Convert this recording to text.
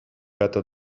better